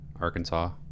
Arkansas